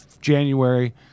January